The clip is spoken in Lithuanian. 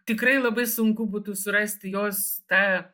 tikrai labai sunku būtų surasti jos tą